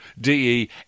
DE